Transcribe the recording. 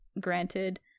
granted